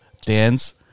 dance-